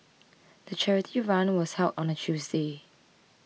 the charity run was held on a Tuesday